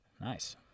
Nice